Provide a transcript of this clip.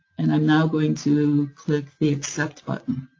and i'm now going to click the accept button.